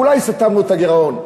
אולי סתמנו את הגירעון,